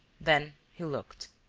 then he looked.